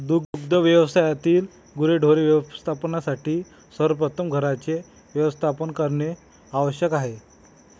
दुग्ध व्यवसायातील गुरेढोरे व्यवस्थापनासाठी सर्वप्रथम घरांचे व्यवस्थापन करणे आवश्यक आहे